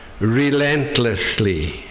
relentlessly